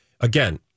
Again